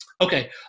Okay